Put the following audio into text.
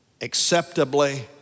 acceptably